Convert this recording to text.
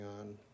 on